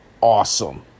awesome